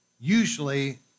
Usually